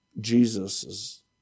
Jesus